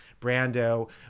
Brando